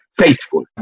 faithful